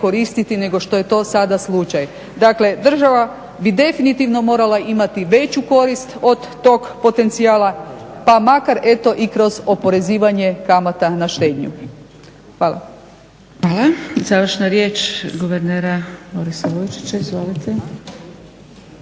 nego što je to sada slučaj. Dakle, država bi definitivno morala imati veću korist od tog potencijala pa makar eto i kroz oporezivanje kamata na štednju. Hvala.